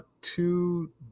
two